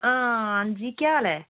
हां आंजी केह् हाल ऐ